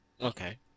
Okay